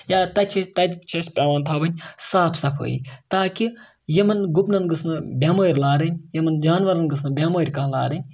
یا تَتہِ چھِ أسۍ تَتہِ چھِ اَسہِ پٮ۪وان تھاوٕنۍ صاف صفٲیی تاکہِ یِمَن گُپنَن گٔژھ نہٕ بٮ۪مٲرۍ لارٕنۍ یِمَن جاناوَارَن گٔژھ نہٕ بٮ۪مٲرۍ کانٛہہ لارٕنۍ